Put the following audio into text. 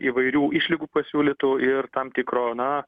įvairių išlygų pasiūlytų ir tam tikro na